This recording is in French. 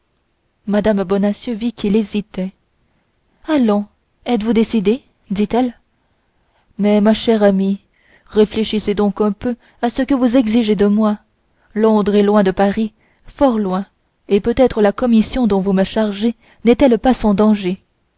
mme bonacieux vit qu'il hésitait allons êtes-vous décidé dit-elle mais ma chère amie réfléchissez donc un peu à ce que vous exigez de moi londres est loin de paris fort loin et peut-être la commission dont vous me chargez n'est-elle pas sans dangers